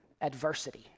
adversity